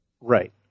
Right